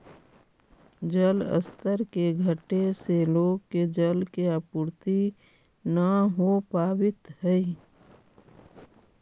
जलस्तर के घटे से लोग के जल के आपूर्ति न हो पावित हई